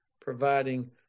providing